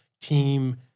team